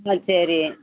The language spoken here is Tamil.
ஆ சரி